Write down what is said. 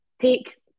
take